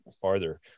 farther